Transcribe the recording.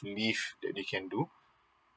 leave that they can do